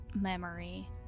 memory